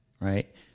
Right